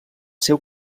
seu